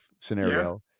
scenario